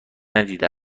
ندیده